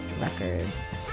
Records